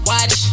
Watch